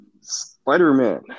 Spider-Man